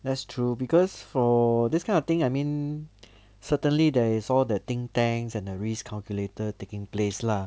that's true because for this kind of thing I mean certainly there is all the ting tang and risk calculator taking place lah